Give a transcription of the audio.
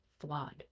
flawed